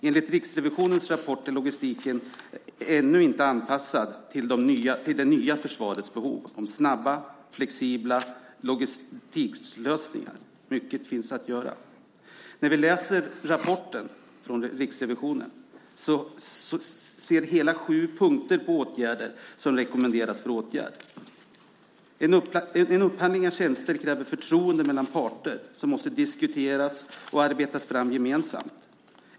Enligt Riksrevisionens rapport är logistiken ännu inte anpassad till det nya försvarets behov av snabba, flexibla logistiklösningar. Mycket finns att göra. I rapporten från Riksrevisionen finns hela sju punkter som rekommenderas för åtgärd. En upphandling av tjänster kräver förtroende mellan parter, som måste diskutera och arbeta fram upphandlingen gemensamt.